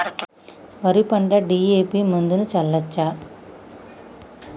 వరి పంట డి.ఎ.పి మందును చల్లచ్చా?